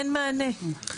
אין מענה.